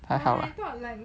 还好啦